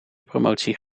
promotie